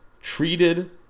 treated